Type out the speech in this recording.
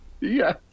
Yes